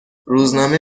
روزنامه